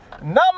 number